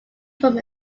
from